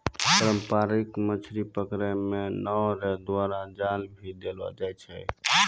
पारंपरिक मछली पकड़ै मे नांव रो द्वारा जाल भी देलो जाय छै